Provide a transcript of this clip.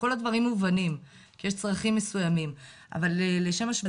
כל הדברים מובנים כי יש צרכים מסוימים אבל לשם השוואה.